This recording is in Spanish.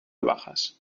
bajas